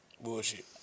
bullshit